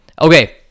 Okay